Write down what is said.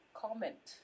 comment